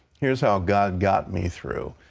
here is how god got me through.